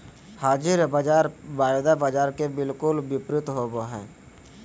हाज़िर बाज़ार वायदा बाजार के बिलकुल विपरीत होबो हइ